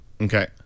Okay